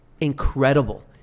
incredible